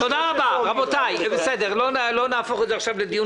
ברקע גם כל נושא גודל